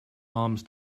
alms